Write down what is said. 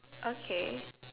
okay